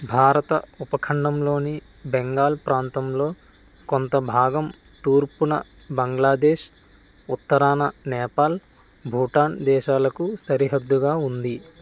భారత ఉపఖండంలోని బెంగాల్ ప్రాంతంలో కొంత భాగం తూర్పున బంగ్లాదేశ్ ఉత్తరాన నేపాల్ భూటాన్ దేశాలకు సరిహద్దుగా ఉంది